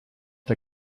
der